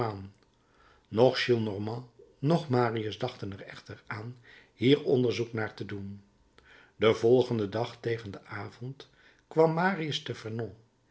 noch gillenormand noch marius dachten er echter aan hier onderzoek naar te doen den volgenden dag tegen den avond kwam marius te